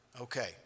Okay